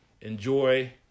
enjoy